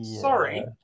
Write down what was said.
Sorry